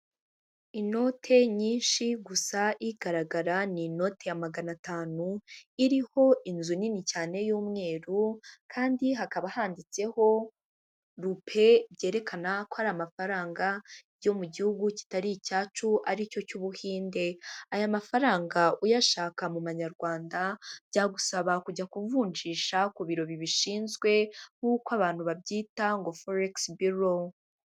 Inote nyinshi gusa igaragara ni inoti ya magana atanu iriho inzu nini cyane y'umweru kandi hakaba handitseho rupe byerekana ko ari amafaranga yo mu gihugu kitari icyacu aricyo cy'Ubuhinde. Aya mafaranga uyashaka mu manyarwanda byagusaba kujya kuvunjisha ku biro bibishinzwe nk'uko abantu babyita ngo foregisi biro.